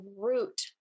root